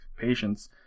patients